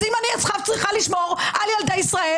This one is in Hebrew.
אז אם אני עכשיו צריכה לשמור על ילדי ישראל